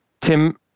Tim